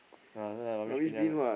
ah rubbish bin